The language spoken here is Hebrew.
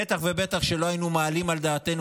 בטח ובטח שלא היינו מעלים על דעתנו